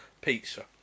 pizza